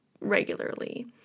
regularly